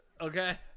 Okay